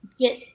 get